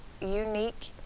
unique